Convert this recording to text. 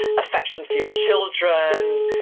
affection for your children,